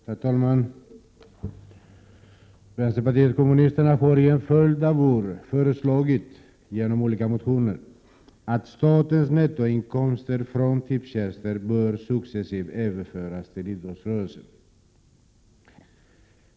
Herr talman! Vänsterpartiet kommunisterna har under en följd av år i olika motioner föreslagit att statens nettoinkomster från aktiebolaget Tipstjänst successivt bör överföras till idrottsrörelsen.